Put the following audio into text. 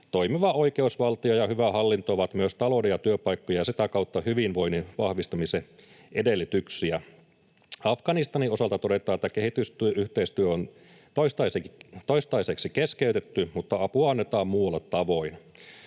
Toimiva oikeusvaltio ja hyvä hallinto ovat myös talouden ja työpaikkojen ja sitä kautta hyvinvoinnin vahvistamisen edellytyksiä. Afganistanin osalta todetaan, että kehitysyhteistyö on toistaiseksi keskeytetty mutta apua annetaan muulla tavoin.